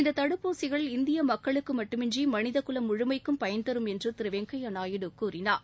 இந்த தடுப்பூசிகள் இந்திய மக்களுக்கு மட்டுமின்றி மனித குலம் முழுமைக்கும் பயன்தரும் என்று திரு வெங்கய்யா நாயுடு கூறினார்